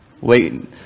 wait